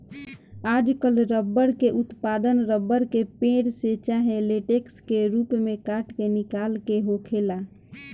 आजकल रबर के उत्पादन रबर के पेड़, से चाहे लेटेक्स के रूप में काट के निकाल के होखेला